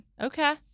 Okay